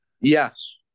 yes